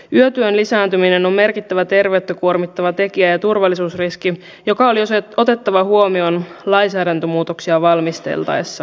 yötyön lisääntyminen on merkittävä terveyttä kuormittava tekijä ja turvallisuusriski joka on otettava huomioon lainsäädäntömuutoksia valmisteltaessa